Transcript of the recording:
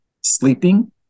Sleeping